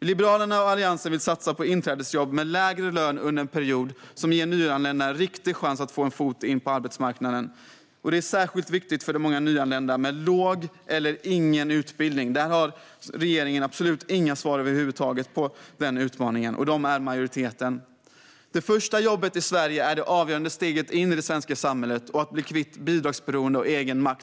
Liberalerna och Alliansen vill satsa på inträdesjobb med lägre lön under en period. Detta ger nyanlända en riktig chans att få in en fot på arbetsmarknaden, och det är särskilt viktigt för de många nyanlända som har låg eller ingen utbildning. Denna utmaning har regeringen absolut inga svar på över huvud taget, och dessa människor är i majoritet. Det första jobbet i Sverige är det avgörande steget in i det svenska samhället för att bli kvitt bidragsberoende och få egenmakt.